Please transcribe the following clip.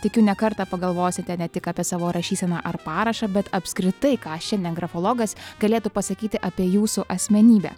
tikiu ne kartą pagalvosite ne tik apie savo rašyseną ar parašą bet apskritai ką šiandien grafologas galėtų pasakyti apie jūsų asmenybę